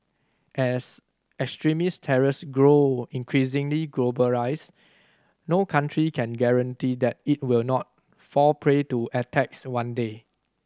as extremist terrors grow increasingly globalised no country can guarantee that it will not fall prey to attacks one day